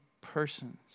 persons